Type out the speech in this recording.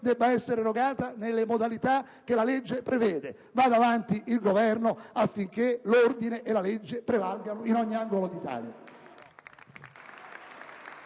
debba essere erogata nelle modalità che la legge prevede. Vada avanti il Governo affinché l'ordine e la legge prevalgano in ogni angolo d'Italia.